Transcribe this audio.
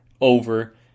over